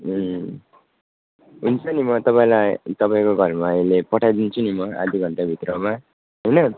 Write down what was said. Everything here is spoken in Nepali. हुन्छ नि म तपाईँलाई तपाईँको घरमा अहिले पठाइदिन्छु नि म आधा घन्टाभित्रमा होइन